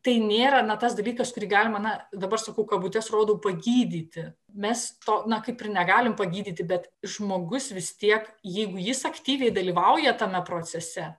tai nėra na tas dalykas kurį galima na dabar sakau kabutes rodau pagydyti mes to na kaip ir negalim pagydyti bet žmogus vis tiek jeigu jis aktyviai dalyvauja tame procese